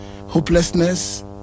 hopelessness